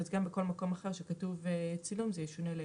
אז גם בכל מקום אחר שכתוב "צילום" זה ישונה ל-"העתק".